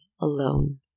alone